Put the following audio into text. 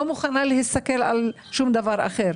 לא מוכנה להסתכל על שום דבר אחר.